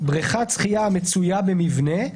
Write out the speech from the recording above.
בריכת שחייה המצויה במבנה,